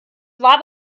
war